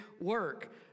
work